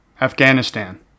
Afghanistan